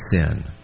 sin